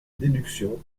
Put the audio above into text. déduction